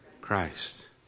Christ